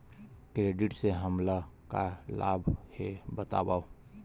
Credit से हमला का लाभ हे बतावव?